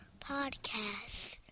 Podcast